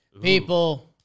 People